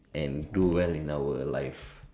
and do well in our life